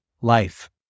life